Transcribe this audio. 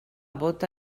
bóta